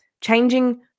changing